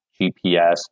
GPS